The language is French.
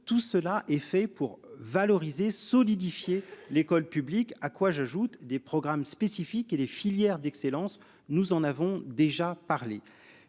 Tout cela est fait pour valoriser solidifier l'école publique. À quoi j'ajoute des programmes spécifiques et les filières d'excellence. Nous en avons déjà parlé